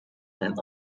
and